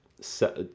set